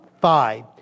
Five